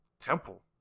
Temple